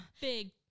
Big